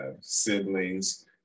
siblings